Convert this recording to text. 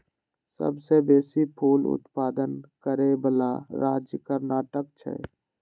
सबसं बेसी फूल उत्पादन करै बला राज्य कर्नाटक छै